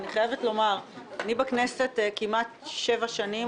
אני בכנסת כמעט שבע שנים,